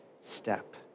step